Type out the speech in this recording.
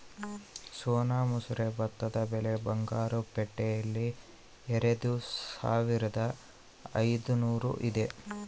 ಸೋನಾ ಮಸೂರಿ ಭತ್ತದ ಬೆಲೆ ಬಂಗಾರು ಪೇಟೆಯಲ್ಲಿ ಎರೆದುಸಾವಿರದ ಐದುನೂರು ಇದೆ